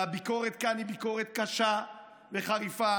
והביקורת כאן היא ביקורת קשה וחריפה.